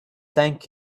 thank